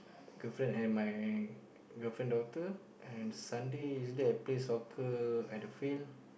girlfriend and my girlfriend daughter and Sunday usually I play soccer at the field